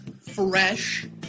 fresh